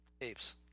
Apes